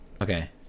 Okay